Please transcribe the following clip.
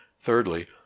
Thirdly